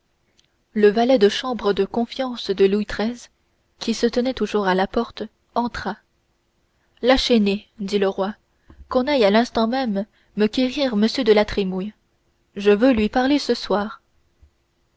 le valet de chambre de confiance de louis xiii qui se tenait toujours à la porte entra la chesnaye dit le roi qu'on aille à l'instant même me quérir m de la trémouille je veux lui parler ce soir